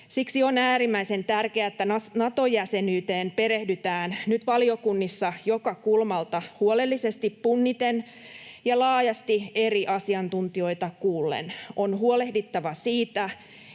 Siksi on äärimmäisen tärkeää, että Nato-jäsenyyteen perehdytään nyt valiokunnissa joka kulmalta huolellisesti punniten ja laajasti eri asiantuntijoita kuullen. On huolehdittava siitä,